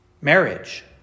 Marriage